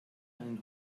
einen